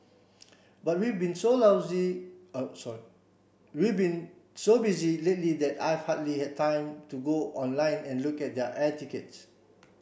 but we've been so but we've been so busy lately that I've hardly had time to go online and look at the air tickets